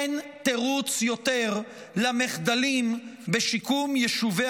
אין תירוץ יותר למחדלים בשיקום יישובי